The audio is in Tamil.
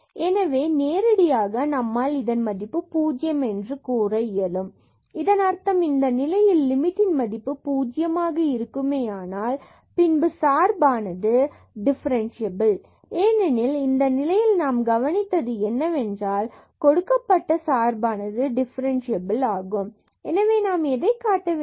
எனவே நேரடியாக நம்மால் இதன் மதிப்பு பூஜ்யம் என்று கூற இயலும் z dz Δx2Δy2x2Δy2cos 1x2Δy2 x2y2cos 1x2y2 0 இதன் அர்த்தம் இந்த நிலையில் லிமிட் ன் மதிப்பு பூஜ்ஜியமாக இருக்குமேயானால் பின்பு சார்பானது டிஃபரன்ஸ்சியபில் ஏனெனில் இந்த நிலையில் நாம் கவனித்து என்னவென்றால் கொடுக்கப்பட்ட சார்பானது டிஃபரன்ஸ்சியபில் ஆகும் எனவே நாம் எதை காட்ட வேண்டும்